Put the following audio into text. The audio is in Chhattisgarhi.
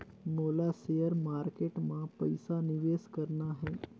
मोला शेयर मार्केट मां पइसा निवेश करना हे?